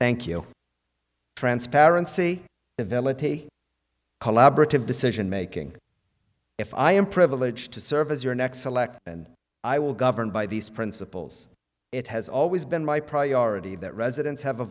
thank you transparency develop a collaborative decision making if i am privileged to serve as your next select and i will govern by these principles it has always been my priority that residents have a